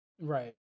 Right